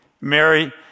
Mary